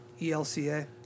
ELCA